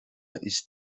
ist